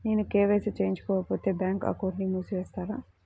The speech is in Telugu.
నేను కే.వై.సి చేయించుకోకపోతే బ్యాంక్ అకౌంట్ను మూసివేస్తారా?